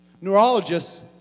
neurologists